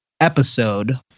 episode